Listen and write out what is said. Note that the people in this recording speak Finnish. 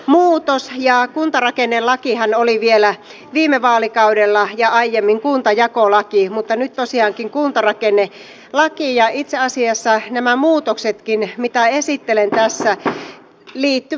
kuntarakennelakihan oli vielä viime vaalikaudella ja aiemmin kuntajakolaki mutta nyt tosiaankin kuntarakennelaki ja itse asiassa nämä muutoksetkin mitä esittelen tässä liittyvät myös viime vaalikauteen